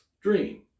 dream